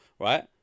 Right